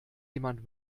jemand